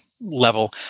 level